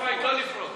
חד-משמעית שלא לפרוש.